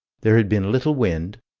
there had been little wind,